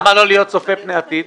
אז למה לא להיות צופה פני עתיד?